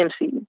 MC